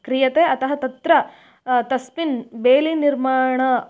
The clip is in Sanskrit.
क्रियते अतः तत्र तस्मिन् बेलिनिर्माणम्